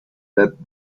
that